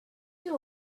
you